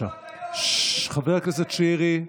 מעונות היום, ששש, חבר הכנסת שירי.